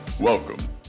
Welcome